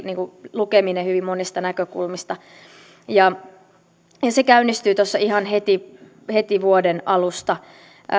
lukeminen hyvin monista näkökulmista käynnistyy tuossa ihan heti heti vuoden alusta